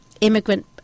immigrant